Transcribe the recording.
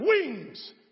wings